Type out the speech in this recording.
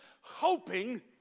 hoping